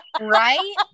Right